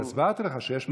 הסברתי לך שיש מגזר שלישי.